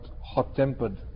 hot-tempered